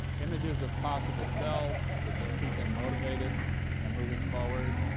images of possible selves that can keep them motivated and moving forward,